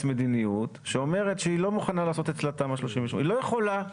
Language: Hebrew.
מדיניות שאומרת שהיא לא מוכנה לעשות אצלה תמ"א 38. היא לא יכולה,